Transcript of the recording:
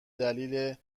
دلیل